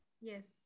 Yes